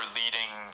leading